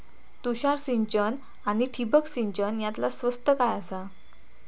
तुषार सिंचन आनी ठिबक सिंचन यातला स्वस्त काय आसा?